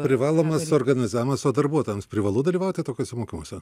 privalomas organizavimas o darbuotojams privalu dalyvauti tokiuose mokymuose